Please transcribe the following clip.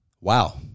Wow